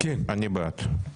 אני בעד.